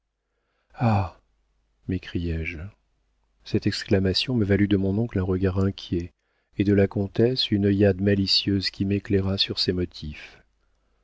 m'écriai-je cette exclamation me valut de mon oncle un regard inquiet et de la comtesse une œillade malicieuse qui m'éclaira sur ses motifs